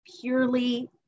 purely